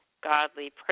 godly